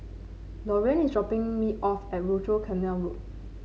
Loriann is dropping me off at Rochor Canal Road